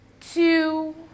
two